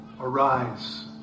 Arise